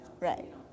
Right